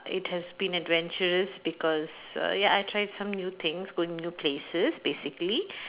it has been adventurous because uh ya I tried some new things going to new places basically